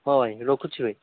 ହଁ ଭାଇ ରଖୁଛି ଭାଇ